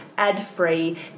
ad-free